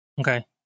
Okay